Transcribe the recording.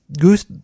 goose